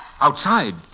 Outside